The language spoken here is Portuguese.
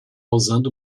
usando